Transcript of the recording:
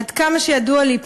עד כמה שידוע לי,